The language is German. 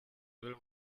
will